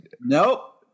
Nope